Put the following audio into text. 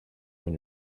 when